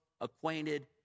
acquainted